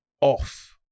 off